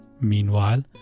Meanwhile